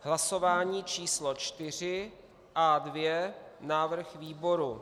Hlasování číslo čtyři A2, návrh výboru.